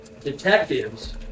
detectives